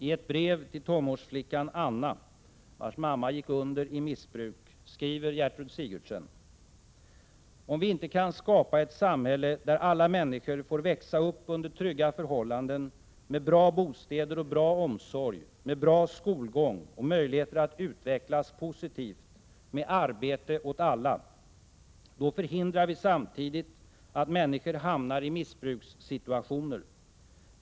I ett brev till tonårsflickan Anna, vars mamma gick under i missbruk, skriver Gertrud Sigurdsen: ”Om vi kan skapa ett samhälle, där alla människor får växa upp under trygga förhållanden, med bra bostäder och bra omsorg, med bra skolgång och möjligheter att utvecklas positivt, med arbete åt alla; då förhindrar vi samtidigt att människor hamnar i missbrukssituationer.